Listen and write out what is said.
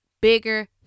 bigger